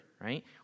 right